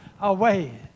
away